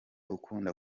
ukunda